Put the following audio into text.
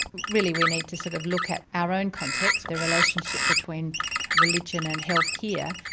really we need to sort of look at our own context, the relationship between religion and health here,